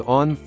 on